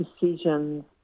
decisions